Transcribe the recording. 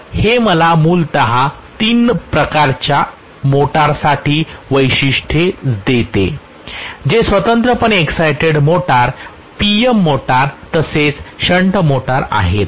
तर हे मला मूलत सर्व तीन प्रकारच्या मोटर्ससाठी वैशिष्ट्ये देते जे स्वतंत्रपणे एक्सायटेड मोटर्स PM मोटर्स तसेच शंट मोटर आहेत